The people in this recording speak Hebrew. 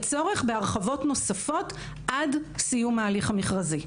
צורך בהרחבות נוספות עד סיום ההליך המכרזי.